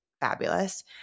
fabulous